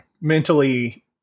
mentally